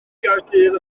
gaerdydd